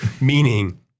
Meaning